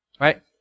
right